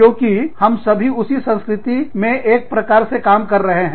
क्योंकि हम सभी उसी संस्कृति में एक प्रकार से काम कर रहे हैं